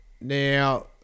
now